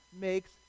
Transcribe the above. makes